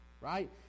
Right